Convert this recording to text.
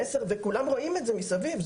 וכולם רואים את זה מסביב.